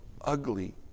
ugly